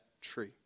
tree